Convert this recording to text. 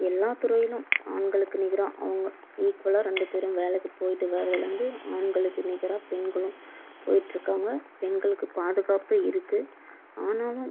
எல்லா துறையிலும் ஆண்களுக்கு நிகராக அவங்க ஈக்குவலாக ரெண்டு பேரும் வேலைக்கு போய்ட்டு வர்றதுலேருந்து ஆண்களுக்கு நிகராக பெண்களும் போய்ட்ருக்காங்க பெண்களுக்கு பாதுகாப்பு இருக்குது ஆனாலும்